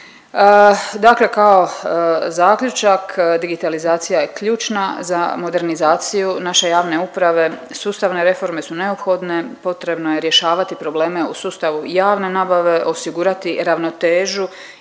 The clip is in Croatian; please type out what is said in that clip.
Dakle kao zaključak digitalizacija je ključna za modernizaciju naše javne uprave, sustavne reforme su neophodne, potrebno je rješavati probleme u sustavu javne nabave, osigurati ravnotežu